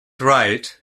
rite